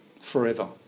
forever